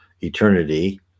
eternity